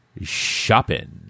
shopping